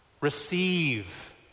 receive